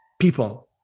people